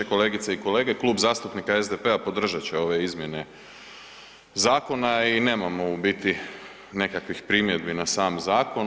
Kolegice i kolege, Klub zastupnika SDP-a podržat će ove izmjene zakona i nemamo u biti nekakvih primjedbi na sam zakon.